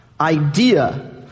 idea